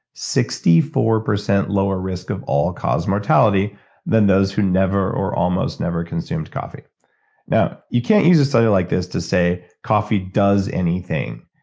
sixty four percent lower risk of all causes of mortality than those who never or almost never consumed coffee now you can't use a study like this to say coffee does anything.